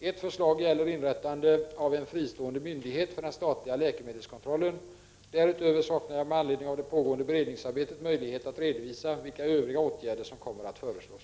Ett förslag gäller inrättande av en fristående myndighet för den statliga läkemedelskontrollen. Därutöver saknar jag med anledning av det pågående beredningsarbetet möjlighet att redovisa vilka övriga åtgärder som kommer att föreslås.